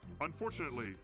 Unfortunately